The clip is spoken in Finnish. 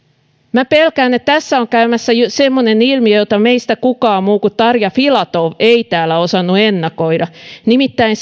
minä pelkään että tässä on käymässä semmoinen ilmiö jota meistä kukaan muu kuin tarja filatov ei täällä osannut ennakoida nimittäin